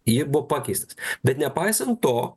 ji buvo pakeistas bet nepaisant to